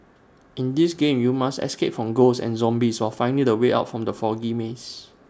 in this game you must escape from ghosts and zombies while finding the way out from the foggy maze